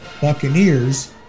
Buccaneers